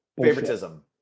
favoritism